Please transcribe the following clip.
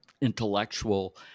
intellectual